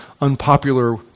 unpopular